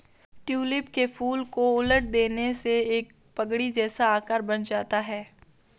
tulip के फूल को उलट देने से एक पगड़ी जैसा आकार बन जाता है